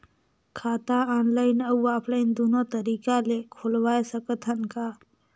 खाता ऑनलाइन अउ ऑफलाइन दुनो तरीका ले खोलवाय सकत हन का?